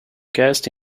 cast